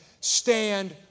stand